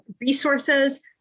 resources